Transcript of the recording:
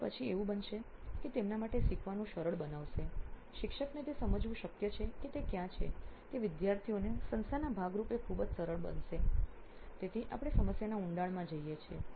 તો પછી એવું બનશે કે તેમના માટે શીખવાનું સરળ બનાવશે શિક્ષકને તે સમજવું શક્ય છે કે તે ક્યાં છે તે વિદ્યાર્થીઓને સંસ્થાના ભાગરૂપે ખૂબ જ સરળ બનાવશે તેથી આપણે સમસ્યાના ઊંડાણમાં જઈએ છીએ